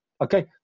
okay